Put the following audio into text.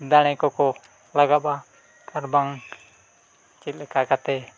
ᱫᱟᱲᱮ ᱠᱚᱠᱚ ᱞᱟᱜᱟᱜᱼᱟ ᱟᱨ ᱵᱟᱝ ᱪᱮᱫ ᱞᱮᱠᱟ ᱠᱟᱛᱮᱫ